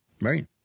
Right